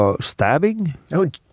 stabbing